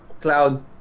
Cloud